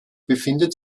befindet